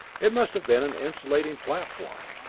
it must have been an insulating platform.